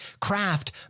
craft